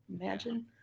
imagine